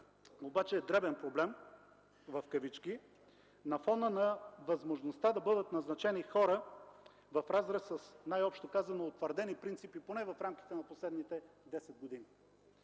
обаче е „дребен” проблем на фона на възможността да бъдат назначени хора в разрез – най-общо казано – с утвърдени принципи, поне в рамките на последните 10 години.